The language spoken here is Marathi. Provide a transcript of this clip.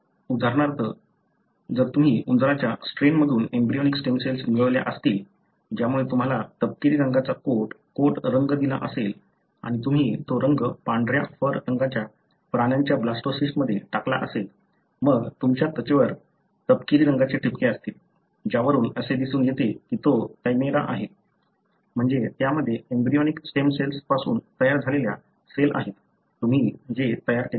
उदाहरणार्थ जर तुम्ही उंदराच्या स्ट्रेन मधून एम्ब्रियोनिक स्टेम सेल्स मिळवल्या असतील ज्यामुळे तुम्हाला तपकिरी रंगाचा कोट कोट रंग दिला असेल आणि तुम्ही तो रंग पांढर्या फर रंगाच्या प्राण्यांच्या ब्लास्टोसिस्टमध्ये टाकला असेल मग तुमच्या त्वचेवर तपकिरी रंगाचे ठिपके असतील ज्यावरून असे दिसून येते की तो कॅमेरा आहे म्हणजे त्यामध्ये एम्ब्रियोनिक स्टेम सेल्स पासून तयार झालेल्या सेल आहेत तुम्ही जे तयार केले आहेत